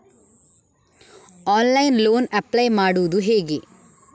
Online loan apply ಮಾಡುವುದು ಹೇಗೆ?